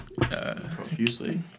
Profusely